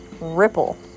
ripple